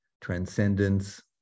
transcendence